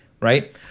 right